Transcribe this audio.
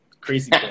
crazy